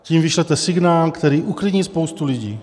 Tím vyšlete signál, který uklidní spoustu lidí.